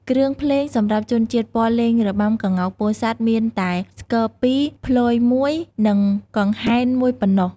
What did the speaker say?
គ្រឿងភ្លេងសម្រាប់ជនជាតិព័រលេងរបាំក្ងោកពោធិ៍សាត់មានតែ ស្គរ២ ព្លយ១ និងកង្ហែន១ប៉ុណ្ណោះ ។